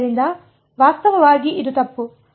ಆದ್ದರಿಂದ ವಾಸ್ತವವಾಗಿ ಇದು ತಪ್ಪು